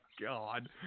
God